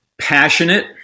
passionate